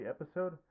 episode